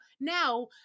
now